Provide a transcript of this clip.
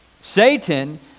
Satan